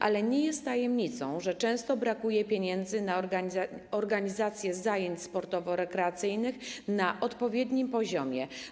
Ale nie jest tajemnicą, że często brakuje pieniędzy na organizację zajęć sportowo-rekreacyjnych na odpowiednim poziomie.